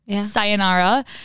sayonara